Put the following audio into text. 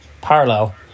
parallel